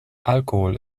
alkohol